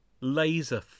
laser